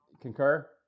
concur